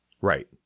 Right